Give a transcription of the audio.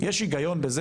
יש הגיון בזה